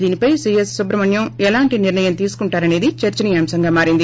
దీనిపై సీఎస్ సుబ్రమణ్యం ఎలాంటి నిర్లయం తీసుకుంటారనేది చర్చనీయాంశంగా మారింది